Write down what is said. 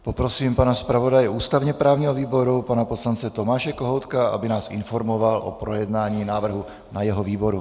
Poprosím pana zpravodaje ústavněprávního výboru poslance Tomáše Kohoutka, aby nás informoval o projednání návrhu na jeho výboru.